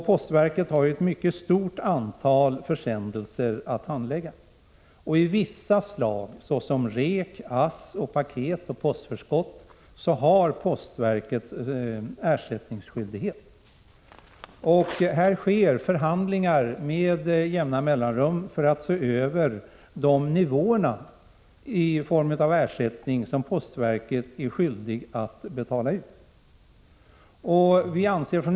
Postverket har ett mycket stort antal försändelser att behandla. För vissa slag av försändelser — assurerade och rekommenderade försändelser, paket och postförskott — har postverket ersättningsskyldighet. Här sker med jämna mellanrum förhandlingar för att se över nivåerna på de ersättningar som postverket är skyldigt att betala ut.